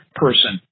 person